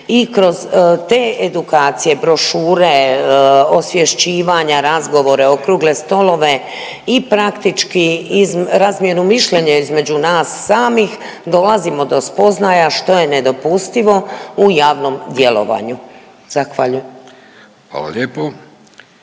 i kroz te edukacije, brošure, osvješćivanja, razgovore, okrugle stolove i praktički i razmjenu mišljenja između nas samih dolazimo do spoznaja što je nedopustivo u javnom djelovanju. Zahvaljujem. **Vidović,